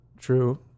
True